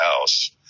house